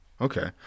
Okay